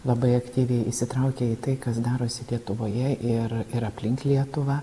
labai aktyviai įsitraukė į tai kas darosi lietuvoje ir ir aplink lietuvą